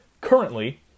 Currently